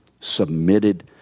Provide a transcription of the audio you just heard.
submitted